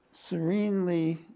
Serenely